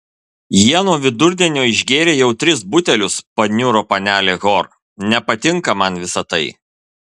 jie nuo vidurdienio išgėrė jau tris butelius paniuro panelė hor nepatinka man visa tai